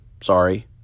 Sorry